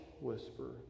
whisper